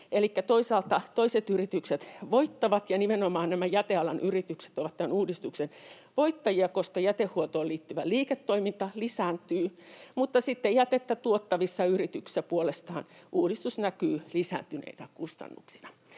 toisaalta toiset yritykset voittavat, ja nimenomaan nämä jätealan yritykset ovat tämän uudistuksen voittajia, koska jätehuoltoon liittyvä liiketoiminta lisääntyy, mutta sitten jätettä tuottavissa yrityksissä puolestaan uudistus näkyy lisääntyneinä kustannuksina.